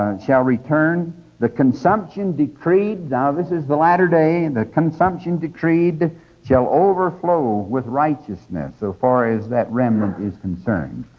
shall return the consumption decreed, and this is the latter-day, and the consumption decreed shall overflow with righteousness, so far as that remnant is concerned.